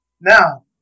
Now